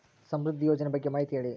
ಸಮೃದ್ಧಿ ಯೋಜನೆ ಬಗ್ಗೆ ಮಾಹಿತಿ ಹೇಳಿ?